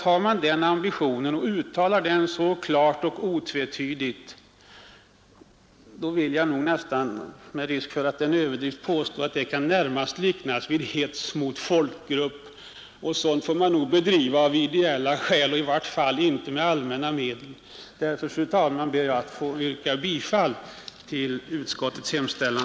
Har man den ambitionen och uttalar den så klart och otvetydigt, då vill jag med risk för att det är en överdrift ändå påstå att det närmast kan liknas vid hets mot folkgrupp, och sådant får man nog bedriva av ideella skäl men i vart fall inte med allmänna medel. Därför ber jag, fru talman, att få yrka bifall till utskottets hemställan.